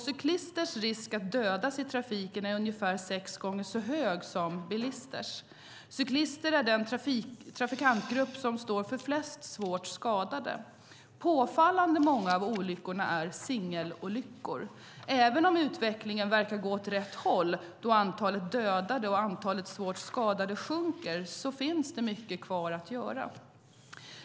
Cyklisters risk att dödas i trafiken är ungefär sex gånger så hög som bilisters. Cyklister är den trafikantgrupp som står för flest svårt skadade. Påfallande många av olyckorna är singelolyckor. Även om utvecklingen verkar gå åt rätt håll, då antalet dödade och antalet svårt skadade sjunker, finns det mycket kvar att göra.